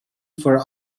for